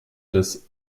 des